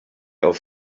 off